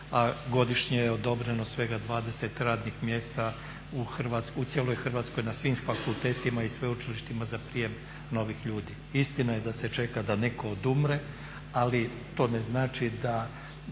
a godišnje je odobreno svega 20 radnih mjesta u cijeloj Hrvatskoj na svim fakultetima i sveučilištima za prijem novih ljudi. Istina je da se čeka da netko odumre, ali to ne znači da